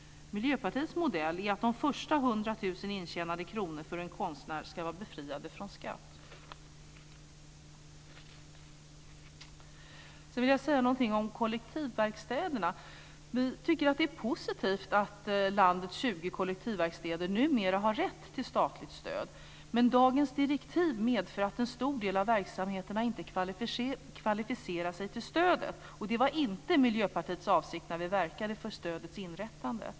Miljöpartiets modell innebär att de första hundratusen intjänade kronorna för en konstnär ska vara befriade från skatt. Sedan vill jag säga någonting om kollektivverkstäderna. Vi tycker att det är positivt att landets 20 kollektivverkstäder numera har rätt till statligt stöd, men dagens direktiv medför att en stor del av verksamheterna inte kvalificerar sig för stödet, och det var inte Miljöpartiets avsikt när vi verkade för stödets inrättande.